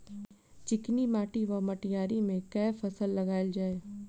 चिकनी माटि वा मटीयारी मे केँ फसल लगाएल जाए?